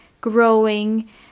growing